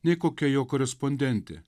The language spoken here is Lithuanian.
nei kokia jo korespondentė